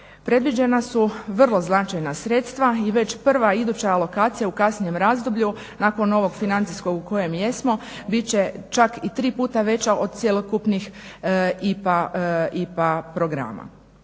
Predviđena su vrlo značajna sredstva i već prva iduća alokacija u kasnijem razdoblju nakon ovog financijskog u kojem jesmo bit će čak i 3 puta veća od cjelokupnih IPA programa.